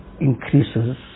increases